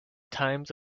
times